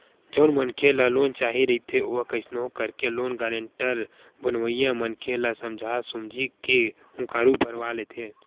जउन मनखे ल लोन चाही रहिथे ओ कइसनो करके लोन गारेंटर बनइया मनखे ल समझा सुमझी के हुँकारू भरवा लेथे